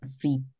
free